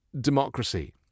democracy